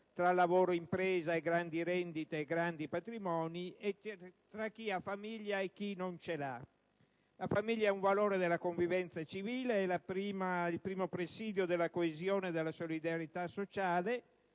tra lavoro, impresa, grandi rendite e grandi patrimoni, e tra chi ha famiglia e chi non ce l'ha. La famiglia è un valore della convivenza civile, è il primo presidio della coesione e della solidarietà sociale.